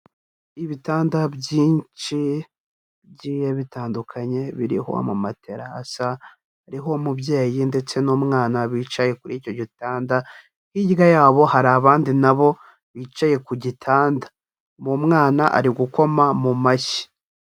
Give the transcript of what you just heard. Ibitanda byinshi bigiye bitandukanye, biriho amamatera asa, hariho umubyeyi ndetse n'umwana bicaye kuri icyo gitanda, hirya yabo hari abandi na bo bicaye ku gitanda, umwana ari gukoma mu mashyi.